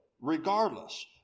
regardless